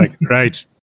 right